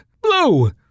Blue